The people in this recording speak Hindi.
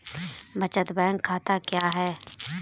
बचत बैंक खाता क्या है?